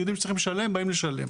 שיודעים לשלם ובאים לשלם.